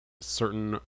certain